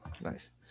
Nice